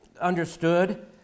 understood